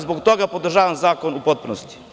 Zbog toga podržavam zakon u potpunosti.